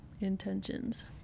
intentions